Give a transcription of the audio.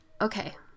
okay